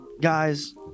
guys